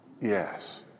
yes